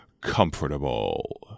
Comfortable